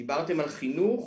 דיברתם על חינוך?